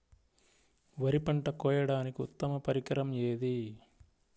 వరి పంట కోయడానికి ఉత్తమ పరికరం ఏది?